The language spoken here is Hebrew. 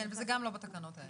כן, וזה גם לא בתקנות האלה.